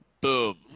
Boom